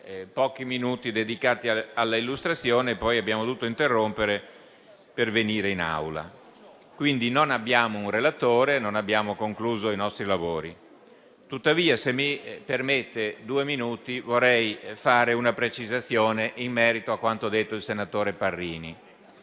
cui abbiamo dedicato pochi minuti, e poi abbiamo dovuto interrompere per venire in Aula. Quindi, non abbiamo un relatore e non abbiamo concluso i nostri lavori. Tuttavia, se mi permette, vorrei fare una precisazione in merito a quanto ha detto il senatore Parrini,